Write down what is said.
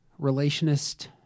relationist